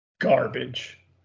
Garbage